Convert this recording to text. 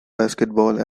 basketball